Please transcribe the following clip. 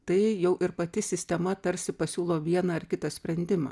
tai jau ir pati sistema tarsi pasiūlo vieną ar kitą sprendimą